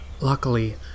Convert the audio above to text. Luckily